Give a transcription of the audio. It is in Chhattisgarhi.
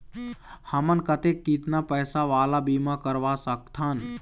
हमन कतेक कितना पैसा वाला बीमा करवा सकथन?